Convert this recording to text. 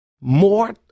more